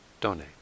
donate